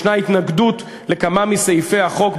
ישנה התנגדות לכמה מסעיפי חוק,